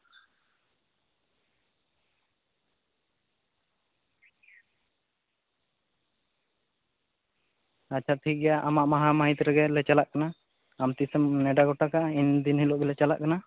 ᱟᱪᱪᱷᱟ ᱴᱷᱤᱠ ᱜᱮᱭᱟ ᱟᱢᱟᱜ ᱢᱟᱦᱟ ᱢᱟᱹᱦᱤᱛ ᱨᱮᱜᱮᱞᱮ ᱪᱟᱞᱟᱜ ᱠᱟᱱᱟ ᱟᱢ ᱛᱤᱥᱮᱢ ᱱᱮᱰᱟ ᱜᱚᱴᱟᱜ ᱠᱟᱜᱼᱟ ᱤᱱ ᱫᱤᱱ ᱦᱤᱞᱳᱜ ᱜᱮᱞᱮ ᱪᱟᱞᱟᱜ ᱠᱟᱱᱟ